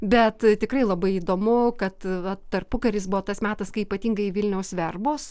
bet tikrai labai įdomu kad va tarpukaris buvo tas metas kai ypatingai vilniaus verbos